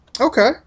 Okay